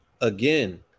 again